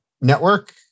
network